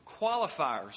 qualifiers